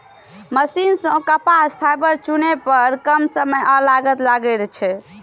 machine सं कपास fibre चुनै पर कम समय आ लागत लागै छै